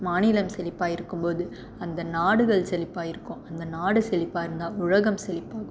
மாநிலம் செழிப்பாக இருக்கும் போது அந்த நாடுகள் செழிப்பாக இருக்கும் அந்த நாடு செழிப்பாக இருந்தால் உலகம் செழிப்பாகும்